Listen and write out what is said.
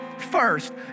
first